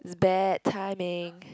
it's bad timing